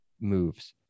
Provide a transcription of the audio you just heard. moves